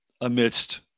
amidst